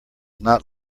not